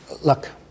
look